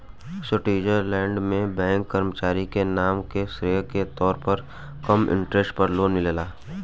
Switzerland में bank के कर्मचारी के काम के श्रेय के तौर पर कम इंटरेस्ट पर लोन मिलेला का?